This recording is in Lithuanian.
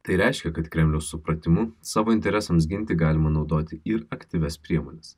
tai reiškia kad kremliaus supratimu savo interesams ginti galima naudoti ir aktyvias priemones